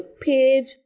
page